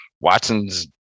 Watson's